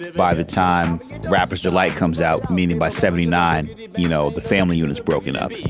by the time rapper's delight comes out meaning by seventy nine you know the family units broken up.